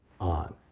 on